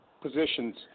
positions